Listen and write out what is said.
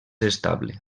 estable